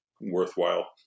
worthwhile